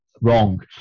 wrong